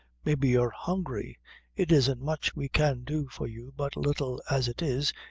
maybe you're hungry it isn't much we can do for you but little as it is,